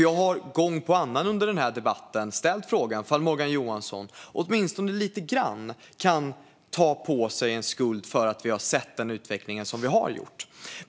Jag har gång efter annan under denna debatt ställt frågan om inte Morgan Johansson åtminstone lite grann kan ta på sig en skuld för att vi har sett den utveckling vi har sett.